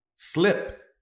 slip